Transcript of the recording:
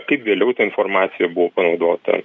kaip vėliau ta informacija buvo panaudota